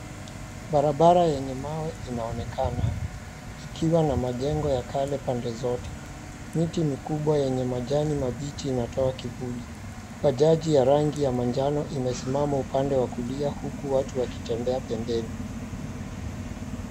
Barabara yenye mawe inaonekana, ikiwa na majengo ya kale pande zote. Miti mikubwa yenye majani mabichi inatoa kivuli. Bajaji ya rangi ya manjano imesimama upande wa kulia, huku watu wakitembea pembeni.